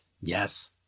Yes